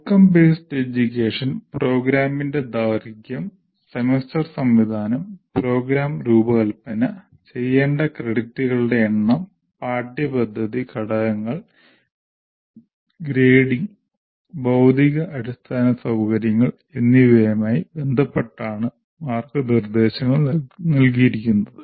Outcome based education പ്രോഗ്രാമിന്റെ ദൈർഘ്യം semester സംവിധാനം പ്രോഗ്രാം രൂപകൽപ്പന ചെയ്യേണ്ട ക്രെഡിറ്റുകളുടെ എണ്ണം പാഠ്യപദ്ധതി ഘടകങ്ങൾ ഗ്രേഡിംഗ് ഭൌതിക അടിസ്ഥാന സൌകര്യങ്ങൾ എന്നിവയുമായി ബന്ധപ്പെട്ടാണ് മാർഗ്ഗനിർദ്ദേശങ്ങൾ നൽകിയിരിക്കുന്നത്